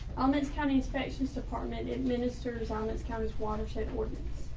amens county inspections department administers on this county's watershed ordinance.